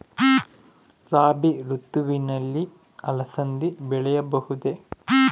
ರಾಭಿ ಋತುವಿನಲ್ಲಿ ಅಲಸಂದಿ ಬೆಳೆಯಬಹುದೆ?